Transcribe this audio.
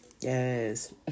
Yes